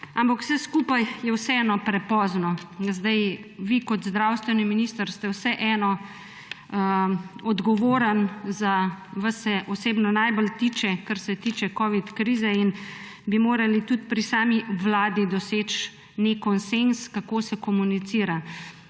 ampak vse skupaj je vseeno prepozno. Vi kot zdravstveni minister ste vseeno odgovorni, vas se osebno najbolj tiče, kar se tiče covid krize in bi morali tudi pri sami vladi doseči nek konsenz, kako se komunicira.